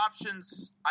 options